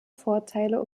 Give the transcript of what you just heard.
vorteile